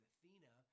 Athena